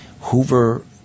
Hoover